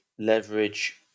Leverage